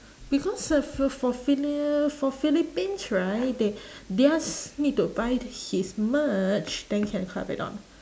because uh f~ for philli~ for philippines right they theirs need to buy his merch then can kabedon